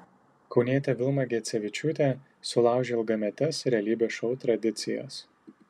kaunietė vilma gecevičiūtė sulaužė ilgametes realybės šou tradicijas